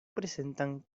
presentan